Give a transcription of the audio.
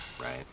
Right